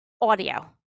audio